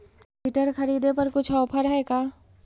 Filter खरिदे पर कुछ औफर है का?